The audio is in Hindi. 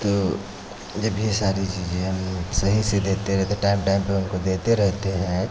तो जब ये सारी चीज़ें हम सही से देते टाइम टाइम पे उनको देते रहते हैं